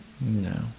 No